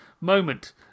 moment